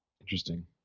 Interesting